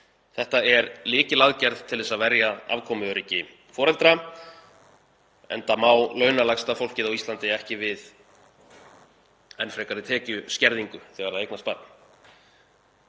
Þetta er lykilaðgerð til að verja afkomuöryggi foreldra enda má launalægsta fólkið á Íslandi ekki við enn frekari tekjuskerðingu þegar það eignast barn.